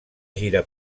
gira